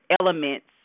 elements